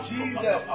Jesus